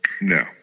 no